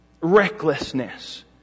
recklessness